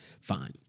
fine